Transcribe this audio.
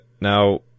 Now